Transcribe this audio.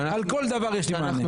על כל דבר יש לי מה להגיד.